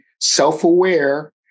self-aware